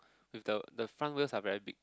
with the the front wheels are very big